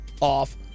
off